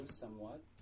Somewhat